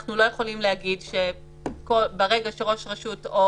אנחנו לא יכולים להגיד שברגע שראש רשות או